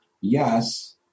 yes